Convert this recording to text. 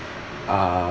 uh